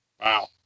Wow